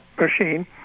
machine